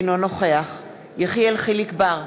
אינו נוכח יחיאל חיליק בר,